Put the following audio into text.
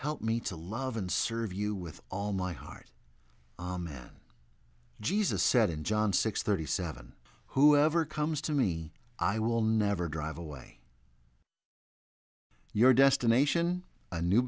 help me to love and serve you with all my heart man jesus said in john six thirty seven whoever comes to me i will never drive away your destination a new